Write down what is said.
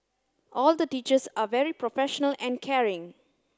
all the teachers are very professional and caring